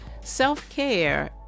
self-care